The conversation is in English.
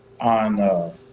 on